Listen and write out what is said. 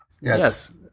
Yes